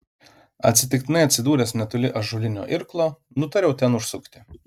atsitiktinai atsidūręs netoli ąžuolinio irklo nutariau ten užsukti